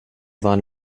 waren